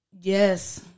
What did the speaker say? Yes